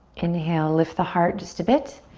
inhale, lift the heart just a bit.